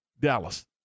Dallas